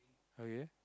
okay